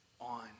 on